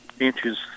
inches